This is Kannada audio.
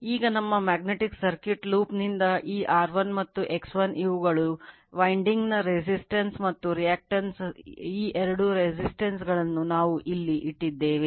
ಈಗ ನಮ್ಮ magnetic circuit ವಾಗಿದೆ